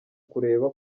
kureba